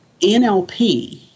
NLP